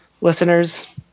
Listeners